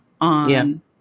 on